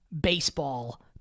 baseball